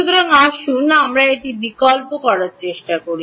সুতরাং আসুন আমরা এটি বিকল্প করার চেষ্টা করি